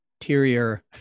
interior